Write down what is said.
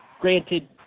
Granted